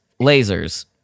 lasers